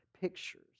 pictures